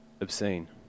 obscene